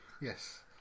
Yes